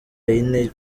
yine